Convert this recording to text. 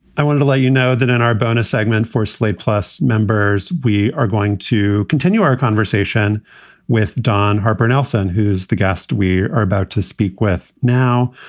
i want to let you know that in our bonus segment for slate plus members, we are going to continue our conversation with don harper nelson, who's the guest we are about to speak with now.